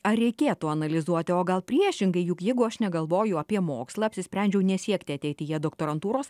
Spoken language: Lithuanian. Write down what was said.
ar reikėtų analizuoti o gal priešingai juk jeigu aš negalvoju apie mokslą apsisprendžiau nesiekti ateityje doktorantūros